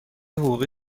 حقوقی